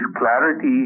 clarity